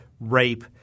rape